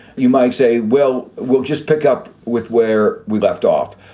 you might say, well, we'll just pick up with where we left off.